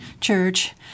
Church